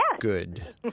Good